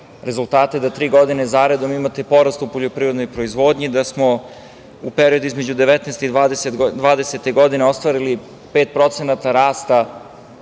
rezultate da tri godine zaredom imate porast u poljoprivrednoj proizvodnji, da smo u periodu između 2019. i 2020. godine ostvarili 5% rasta